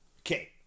Okay